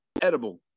edible